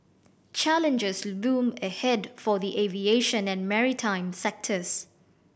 challenges loom ahead for the aviation and maritime sectors